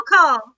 call